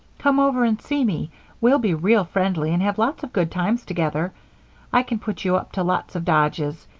come over and see me we'll be real friendly and have lots of good times together i can put you up to lots of dodges.